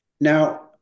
Now